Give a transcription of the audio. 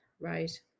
right